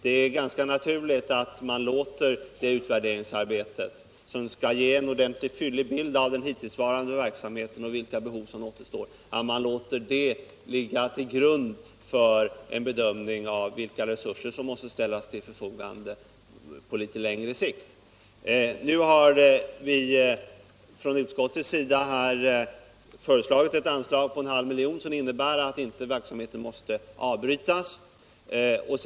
Det är ganska naturligt att man låter det utvärderingsarbetet, som skall ge en ordentlig och fyllig bild av den hittillsvarande verksamheten och de behov som återstår, ligga till grund för en bedömning av vilka resurser som måste ställas till förfogande på litet längre sikt. Nu har vi från utskottets sida föreslagit ett anslag på en halv miljon, som innebär att verksamheten inte behöver avbrytas.